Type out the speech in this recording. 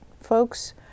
folks